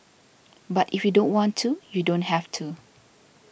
but if you don't want to you don't have to